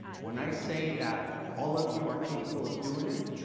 when i say that all of you are capable of doing it,